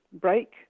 break